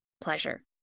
pleasure